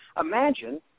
imagine